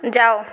ଯାଅ